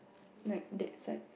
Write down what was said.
like that side